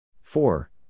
Four